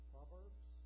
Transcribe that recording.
Proverbs